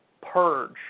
Purge